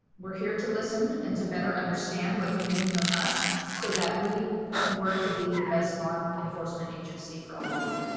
we're here to listen and to better understand what you need from us, so that we can work to be the best law enforcement agency for all of you.